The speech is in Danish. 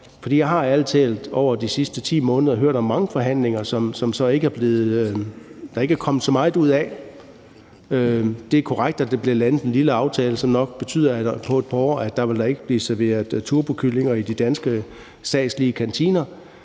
jeg har ærlig talt i løbet af de sidste 10 måneder hørt om mange forhandlinger, der ikke er kommet så meget ud af. Det er korrekt, at der blev landet en lille aftale, som nok betyder, at der om et par år ikke vil blive serveret turbokyllinger i de danske statslige kantiner,